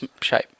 shape